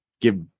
give